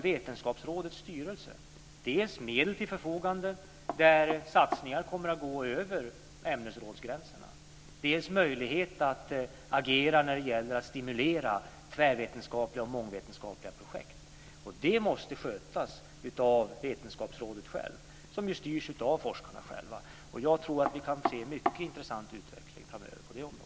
Vetenskapsrådets styrelse har dels medel till förfogande där satsningar kommer att gå över ämnesrådsgränserna, dels möjlighet att agera för att stimulera tvär och mångvetenskapliga projekt. Det måste skötas av Vetenskapsrådet självt, som ju styrs av forskarna själva. Jag tror att vi kan se en mycket intressant utveckling framöver på det området.